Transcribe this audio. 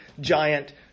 giant